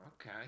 Okay